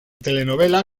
telenovela